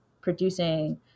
producing